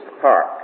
park